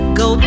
go